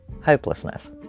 hopelessness